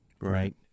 right